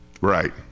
right